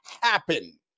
happen